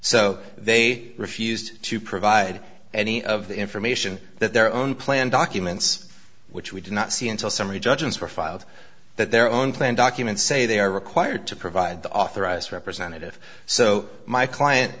so they refused to provide any of the information that their own plan documents which we did not see until summary judgments were filed that their own plan documents say they are required to provide the authorized representative so my client